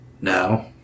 Now